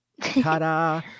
ta-da